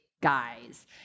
guys